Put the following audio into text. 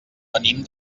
venim